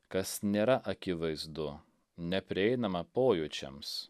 kas nėra akivaizdu neprieinama pojūčiams